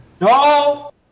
No